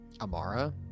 Amara